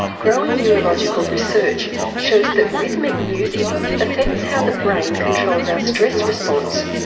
growing neurological research shows that rhythmic music affects how the brain controls our stress response,